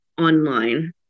online